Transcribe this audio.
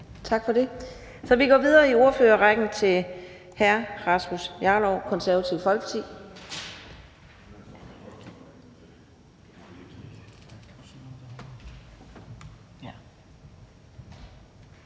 bemærkninger. Så vi går videre i ordførerrækken til hr. Rasmus Jarlov, Det Konservative Folkeparti.